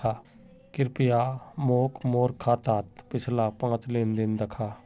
कृप्या मोक मोर खातात पिछला पाँच लेन देन दखा